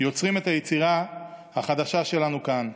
יוצרים את היצירה החדשה שלנו כאן.